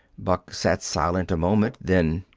buck sat silent a moment. then,